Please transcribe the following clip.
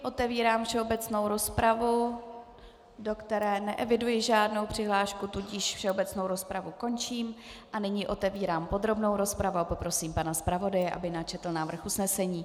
Otevírám všeobecnou rozpravu, do které neeviduji žádnou přihlášku, tudíž všeobecnou rozpravu končím a nyní otevírám podrobnou rozpravu a poprosím pana zpravodaje, aby načetl návrh usnesení.